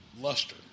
luster